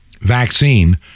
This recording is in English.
vaccine